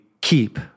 keep